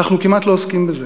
אנחנו כמעט לא עוסקים בזה.